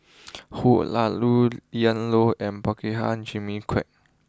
Hoo Ian Loy and Prabhakara Jimmy Quek